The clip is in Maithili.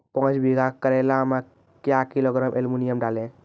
पाँच बीघा करेला मे क्या किलोग्राम एलमुनियम डालें?